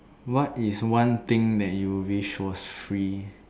what is one thing that you wish was free